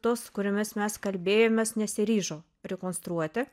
tos su kuriomis mes kalbėjomės nesiryžo rekonstruoti